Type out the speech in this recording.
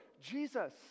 Jesus